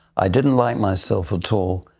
i didn't like myself at all,